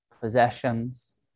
possessions